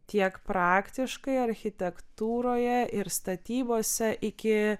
tiek praktiškai architektūroje ir statybose iki